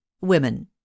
Women